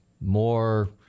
more